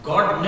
God